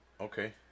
Okay